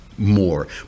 more